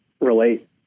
relate